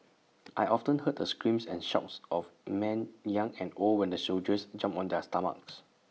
I often heard the screams and shouts of men young and old when the soldiers jumped on their stomachs